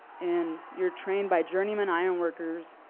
and you're trained by journeymen iron workers.